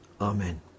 Amen